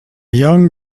young